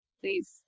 please